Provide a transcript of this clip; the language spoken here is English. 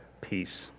peace